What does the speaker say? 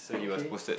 okay